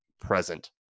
present